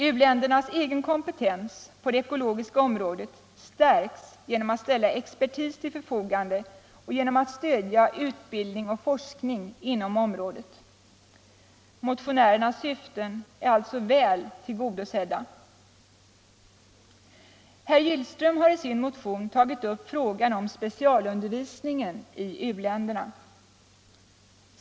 U-ländernas egen kompetens på det ekologiska området stärks genom att expertis ställs till förfogande och genom stöd till utbildning och forskning inom området. Motionärernas syften är alltså väl tillgodosedda. Herr Gillström har i sin motion tagit upp frågan om specialundervisningen i u-länderna.